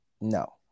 No